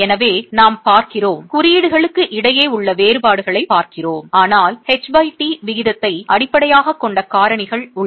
எனவே நாம் பார்க்கிறோம் குறியீடுகளுக்கு இடையே உள்ள வேறுபாடுகளைப் பார்க்கிறோம் ஆனால் ht விகிதத்தை அடிப்படையாகக் கொண்ட காரணிகள் உள்ளன